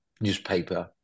newspaper